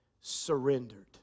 surrendered